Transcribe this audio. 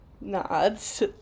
nods